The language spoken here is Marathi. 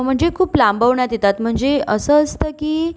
म्हणजे खूप लांबवण्यात येतात म्हणजे असं असतं की